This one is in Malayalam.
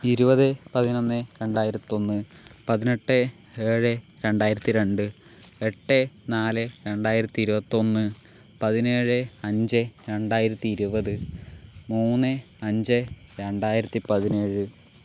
ഇരുപത് പതിനൊന്ന് രണ്ടായിരത്തൊന്ന് പതിനെട്ട് ഏഴ് രണ്ടായിരത്തിരണ്ട് എട്ട് നാല് രണ്ടായിരത്തിയിരുപത്തൊന്ന് പതിനേഴ് അഞ്ച് രണ്ടായിരത്തിയിരുപത് മൂന്ന് അഞ്ച് രണ്ടായിരത്തിപ്പതിനേഴ്